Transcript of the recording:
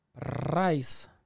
Price